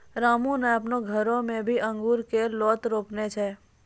रामू नॅ आपनो घरो मॅ भी अंगूर के लोत रोपने छै